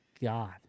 God